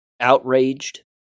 outraged